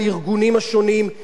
את העבודה הזאת,